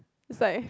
is like